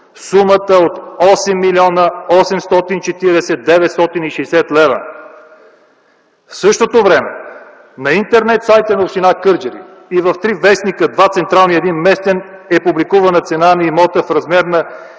сумата от 8 млн. 840 хил. 960 лв. В същото време на Интернет-сайта на община Кърджали и в три вестника – два централни и един местен, е публикувана цена на имота в размер на